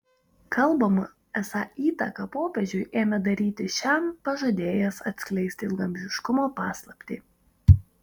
kalbama esą įtaką popiežiui ėmė daryti šiam pažadėjęs atskleisti ilgaamžiškumo paslaptį